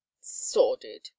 Sordid